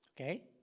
Okay